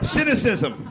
Cynicism